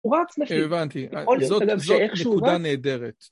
הבנתי, זאת, זאת נקודה נהדרת.